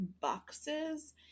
boxes